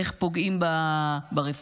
איך פוגעים ברפורמות,